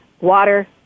water